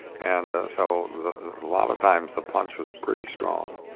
and so a lot of times, the punch was pretty strong.